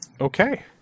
okay